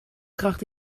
kracht